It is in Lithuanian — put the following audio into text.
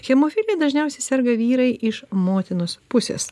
hemofilija dažniausiai serga vyrai iš motinos pusės